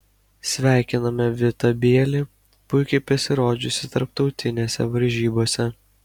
sveikiname vitą bielį puikiai pasirodžiusį tarptautinėse varžybose